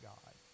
God